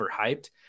overhyped